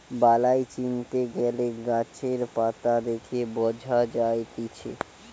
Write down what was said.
বালাই চিনতে গ্যালে গাছের পাতা দেখে বঝা যায়তিছে